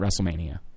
WrestleMania